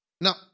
now